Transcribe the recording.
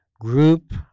group